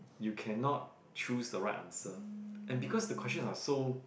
you cannot choose the right answer and because the questions are so